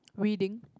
reading